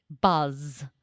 buzz